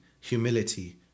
humility